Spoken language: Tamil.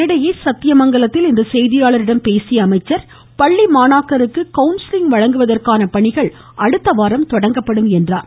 இதனிடையே சத்தியமங்கலத்தில் இன்று செய்தியாளர்களிடம் பேசிய அவர் பள்ளி மாணாக்கருக்கு கவுன்சிலிங் வழங்குவதற்கான பணிகள் அடுத்தவாரம் தொடங்கப்படும் என்றார்